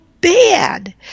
bad